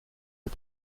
est